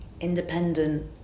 independent